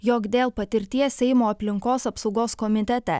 jog dėl patirties seimo aplinkos apsaugos komitete